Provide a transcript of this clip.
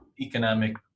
economic